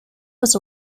was